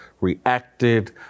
reacted